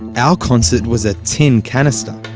our concert was a tin canister